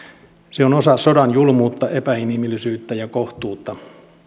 se on osa sodan julmuutta epäinhimillisyyttä ja kohtuutta